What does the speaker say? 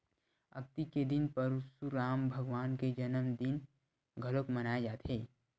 अक्ती के दिन परसुराम भगवान के जनमदिन घलोक मनाए जाथे